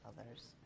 others